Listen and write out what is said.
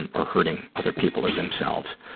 and or hurting other people or themselves,